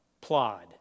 Plod